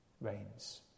reigns